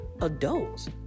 adults